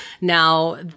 now